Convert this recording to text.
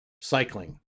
cycling